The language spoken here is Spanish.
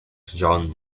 john